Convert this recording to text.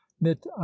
mit